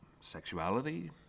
Sexuality